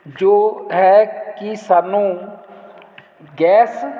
ਜੋ ਹੈ ਕਿ ਸਾਨੂੰ ਗੈਸ